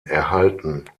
erhalten